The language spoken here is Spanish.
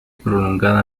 prolongada